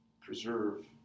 preserve